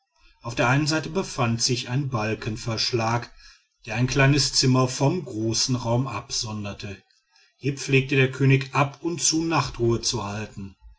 auf der einen seite befand sich ein balkenverschlag der ein kleines zimmer vom großen raum absonderte hier pflegte der könig ab und zu nachtruhe zu halten